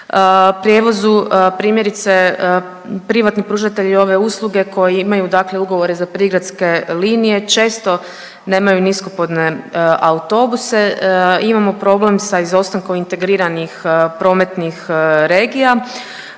prijevozu. Primjerice privatni pružatelji ove usluge koji imaju, dakle ugovore za prigradske linije često nemaju niskopodne autobuse. Imamo problem sa izostankom integriranih prometnih regija